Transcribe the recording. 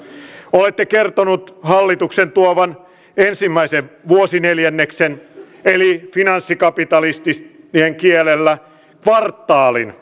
olette kertonut hallituksen tuovan ensimmäisen vuosineljänneksen eli finanssikapitalistien kielellä kvartaalin